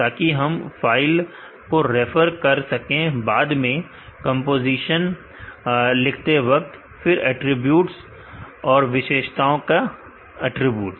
ताकि हम फाइल को रेफर कर सके बाद में मैं कंपोजिशन लिख लिखूंगा फिर अटरीब्यूट्स है विशेषताओं का अटरीब्यूट